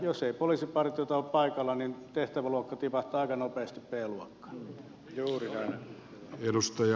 jos ei poliisipartiota ole paikalla niin tehtäväluokka tipahtaa aika nopeasti b luokkaan